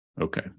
Okay